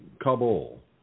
Kabul